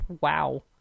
Wow